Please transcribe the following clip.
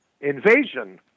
invasion